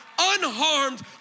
unharmed